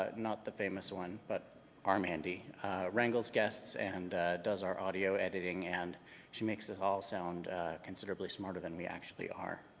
ah not the famous one, but our mandy wrangles guests and does our audio editing and she makes us all sound considerably smarter than we actually are.